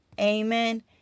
Amen